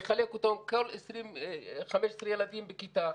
נחלק אותם כל 20, 15 ילדים בכיתה.